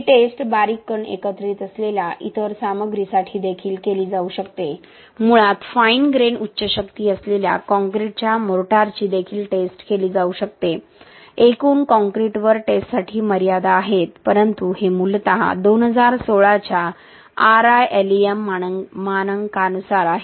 ही test बारीक कण एकत्रित असलेल्या इतर सामग्रीसाठी देखील केली जाऊ शकते मुळात फाईन ग्रेन उच्च शक्ती असलेल्या काँक्रीटच्या मोर्टारची देखील टेस्ट केली जाऊ शकते एकूण काँक्रीटवर टेस्टसाठी मर्यादा आहेत परंतु हे मूलतः 2016 च्या RILEM मानकांनुसार आहे